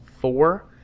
four